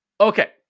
Okay